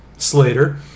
Slater